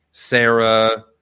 Sarah